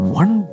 one